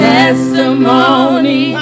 Testimony